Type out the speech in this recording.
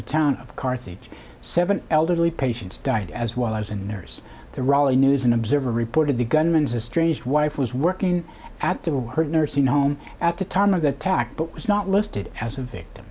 the town of carthage seven elderly patients died as well as in there's the raleigh news and observer reported the gunman's estranged wife was working at the her nursing home at the time of the attack but was not listed as a victim